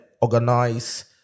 organize